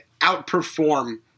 outperform